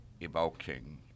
evoking